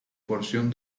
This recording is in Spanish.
porción